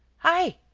hi.